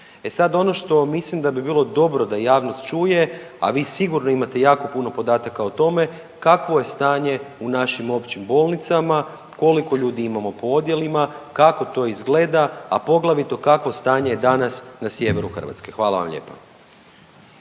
E sad ono što mislim da bi bilo dobro da javnost čuje, a vi sigurno imate jako puno podatka o tome, kakvo je stanje u našim općim bolnicama, koliko ljudi imamo po odjelima, kako to izgleda, a poglavito kako je stanje danas na sjeveru Hrvatske? Hvala vam lijepa.